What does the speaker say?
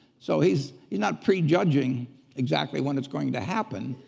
so he's not prejudging exactly when it's going to happen.